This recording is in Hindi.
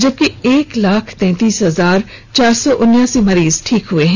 जबकि एक लाख तैंतीस हजार चार सौ उनासी मरीज ठीक हुए हैं